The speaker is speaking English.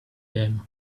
them